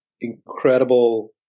incredible